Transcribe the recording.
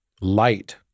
light